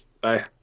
bye